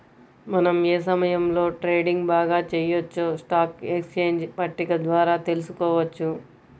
మనం ఏ సమయంలో ట్రేడింగ్ బాగా చెయ్యొచ్చో స్టాక్ ఎక్స్చేంజ్ పట్టిక ద్వారా తెలుసుకోవచ్చు